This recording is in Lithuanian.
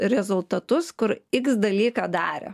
rezultatus kur iks dalyką darė